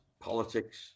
politics